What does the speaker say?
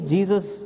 Jesus